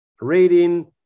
reading